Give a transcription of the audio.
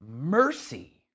mercy